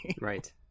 Right